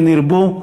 כן ירבו,